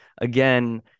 again